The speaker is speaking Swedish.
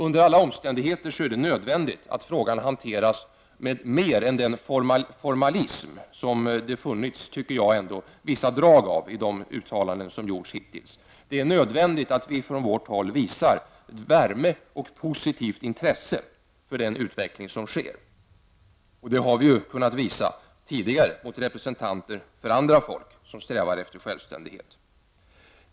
Under alla omständigheter är det nödvändigt att frågan hanteras med mer än den formalism som jag tycker att det har funnits vissa drag av i de uttalanden som hittills har gjorts. Det är nödvändigt att vi från svenskt håll visar värme och ett positivt intresse för den utveckling som sker. Och det har vi ju tidigare kunnat visa mot representanter för andra folk som strävar efter självständighet.